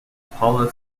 paula